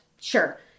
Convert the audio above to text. Sure